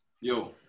Yo